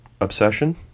obsession